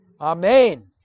Amen